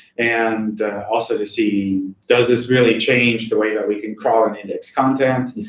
and also to see, does this really change the way that we can crawl an index content?